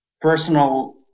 personal